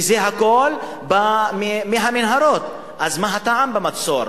וזה הכול בא מהמנהרות, אז מה הטעם במצור?